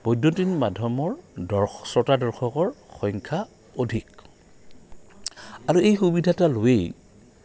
বৈদ্যুতিন মাধ্যমৰ দৰ্শক শ্ৰোতা দৰ্শকৰ সংখ্যা অধিক আৰু এই সুবিধা এটা লৈয়ে